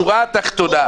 בשורה התחתונה,